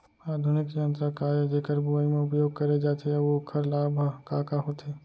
आधुनिक यंत्र का ए जेकर बुवाई म उपयोग करे जाथे अऊ ओखर लाभ ह का का होथे?